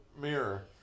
mirror